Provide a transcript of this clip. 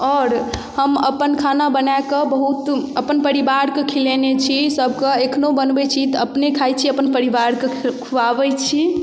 आओर हम अपन खाना बनाकऽ बहुत अपन परिवारके खिलेने छी सभके एखनो बनबै छी तऽ अपने खाइ छी अपन परिवारके ख खुआबै छी